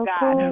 God